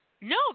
No